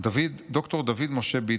ד"ר דוד משה ביטון.